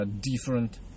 different